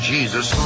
Jesus